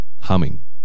humming